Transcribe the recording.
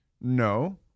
No